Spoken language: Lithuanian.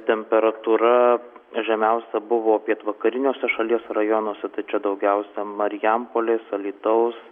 temperatūra žemiausia buvo pietvakariniuose šalies rajonuose tačiau daugiausia marijampolės alytaus